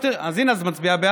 אז הינה, את מצביעה בעד?